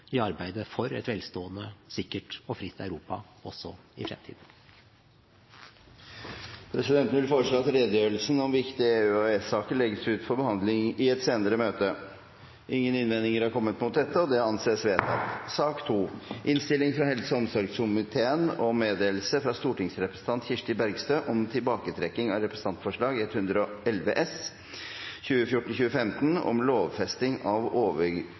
i arbeidet for et velstående, sikkert og fritt Europa også i fremtiden. Presidenten vil foreslå at redegjørelsen om viktige EU- og EØS-saker legges ut for behandling i et senere møte. Ingen innvendinger er kommet mot dette. – Det anses vedtatt. Ingen har bedt om ordet. Da er Stortinget klar til å gå til votering. Sak nr. 1, redegjørelsen om